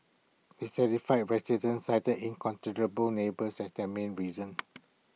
dissatisfied residents cited inconsiderate neighbours as the main reason